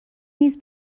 نیز